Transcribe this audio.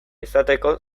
izateko